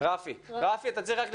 הזאת כבר